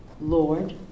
Lord